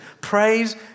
Praise